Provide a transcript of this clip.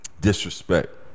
disrespect